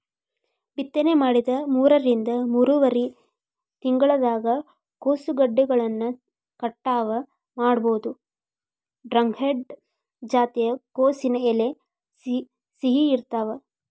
ಬಿತ್ತನೆ ಮಾಡಿದ ಮೂರರಿಂದ ಮೂರುವರರಿ ತಿಂಗಳದಾಗ ಕೋಸುಗೆಡ್ಡೆಗಳನ್ನ ಕಟಾವ ಮಾಡಬೋದು, ಡ್ರಂಹೆಡ್ ಜಾತಿಯ ಕೋಸಿನ ಎಲೆ ಸಿಹಿ ಇರ್ತಾವ